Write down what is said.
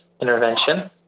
intervention